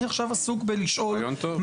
רעיון טוב.